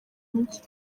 mujyi